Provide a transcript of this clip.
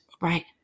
right